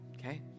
okay